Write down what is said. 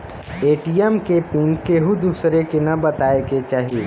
ATM के pin केहू दुसरे के न बताए के चाही